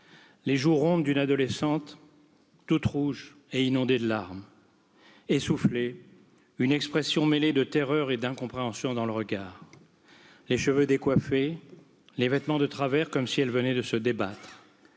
les joues rondes d'une adolescente toute rouge et inondée de larmes essoufflé une expression mêlée de terreur dans le regard Les cheveux décoiffés, les vêtements de travers, comme si elle venait de se débattre.